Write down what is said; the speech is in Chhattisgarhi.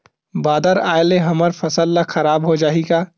बादर आय ले हमर फसल ह खराब हो जाहि का?